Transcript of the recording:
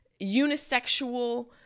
unisexual